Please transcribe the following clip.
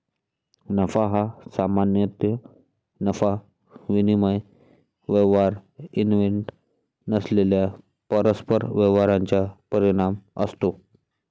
नफा हा सामान्यतः नफा विनिमय व्यवहार इव्हेंट नसलेल्या परस्पर व्यवहारांचा परिणाम असतो